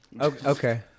Okay